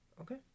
Okay